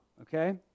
Okay